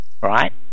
right